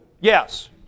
Yes